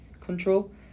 Control